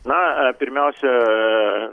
na pirmiausia